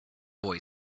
boy